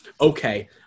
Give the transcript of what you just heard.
okay –